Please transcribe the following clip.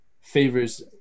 favors